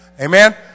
Amen